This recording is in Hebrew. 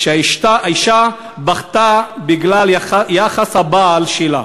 שהאישה בכתה בגלל היחס של הבעל שלה.